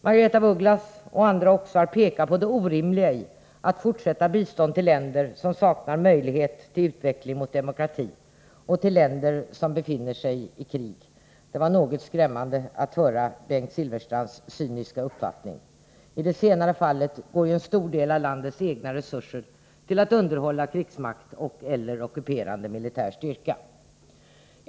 Margaretha af Ugglas och andra har pekat på det orimliga i ett fortsatt bistånd till länder som saknar möjlighet till utveckling mot demokrati och till länder som befinner sig i krig. Det var skrämmande att höra Bengt Silfverstrands cyniska uppfattning. I det senare fallet går ju en stor del av landets egna resurser till att underhålla krigsmakt och/eller ockuperande militär styrka.